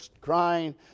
crying